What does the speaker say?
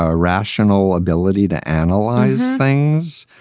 ah rational ability to analyze things.